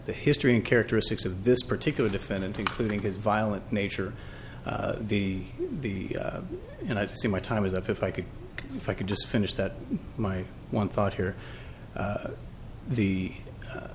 the history and characteristics of this particular defendant including his violent nature the the and i've seen my time as if i could if i could just finish that my one thought here the